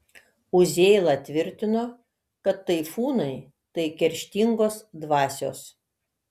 uzėla tvirtino kad taifūnai tai kerštingos dvasios